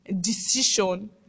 decision